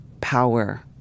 power